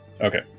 Okay